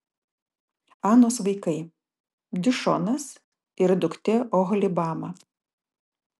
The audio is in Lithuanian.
anos vaikai dišonas ir duktė oholibama